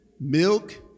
Milk